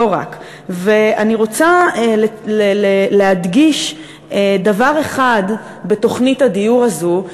אני רוצה להדגיש דבר אחד בתוכנית הדיור הזאת,